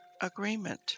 Agreement